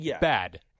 bad